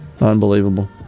Unbelievable